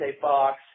Fox